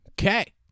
Okay